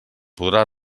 podrà